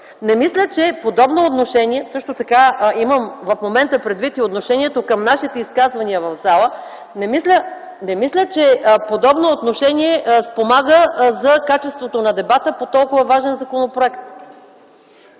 Не мисля, че подобно отношение спомага за качеството на дебата по толкова важен законопроект.